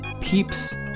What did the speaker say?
Peeps